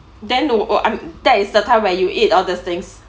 then o~ o~ m~ that is the time when you eat all these things